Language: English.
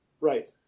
Right